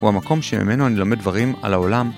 הוא המקום שממנו אני לומד דברים על העולם.